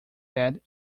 dead